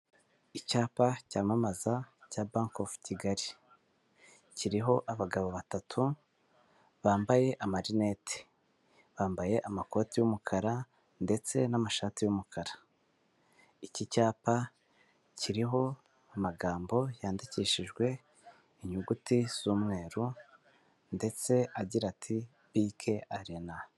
Icyapa cyamamaza cya bank of Kigali, kiriho abagabo batatu bambaye amarineti, bambaye amakoti y'umukara ndetse n'amashati y'umukara, iki cyapa kiriho amagambo yandikishijwe inyuguti z'umweru ndetse agira ati BK Arena.